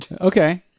Okay